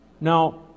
Now